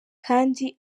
kandi